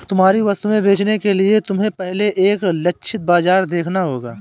तुम्हारी वस्तुएं बेचने के लिए तुम्हें पहले एक लक्षित बाजार देखना होगा